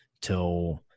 till